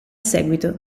seguito